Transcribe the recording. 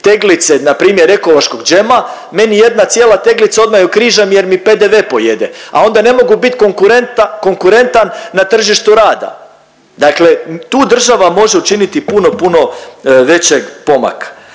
teglice na primjer ekološkog džema. Meni jedna cijela teglica odmah ju križam, jer mi PDV pojede, a onda ne mogu biti konkurentan na tržištu rada. Dakle, tu država može učiniti puno, puno većeg pomaka.